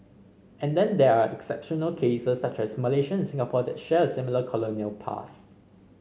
and then there are exceptional cases such as Malaysian and Singapore that share a similar colonial past